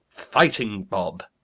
fighting bob!